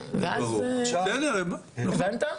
בסדר, הבנו.